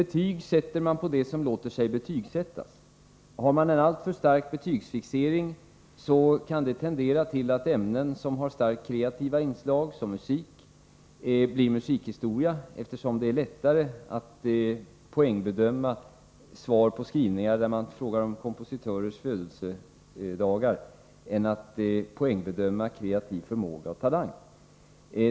Betyg sätts på det som låter sig betygsättas. Har man en alltför stark betygsfixering kan det tendera till att t.ex. ämnet musik, som har starkt kreativa inslag, blir musikhistoria, eftersom det är lättare att poängbedöma svar på skrivningar där man frågar om en kompositörs födelsedag än att poängbedöma kreativ förmåga och talang.